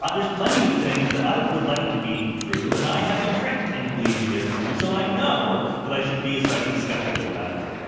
there's plenty of things that i would like to be true and i have been tricked into believing they're true. so, i know that i should be especially skeptical about them.